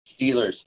Steelers